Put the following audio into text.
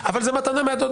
אבל זה מתנה מהדוד.